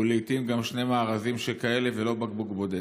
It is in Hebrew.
ולעיתים גם שני מארזים שכאלה, ולא בקבוק בודד.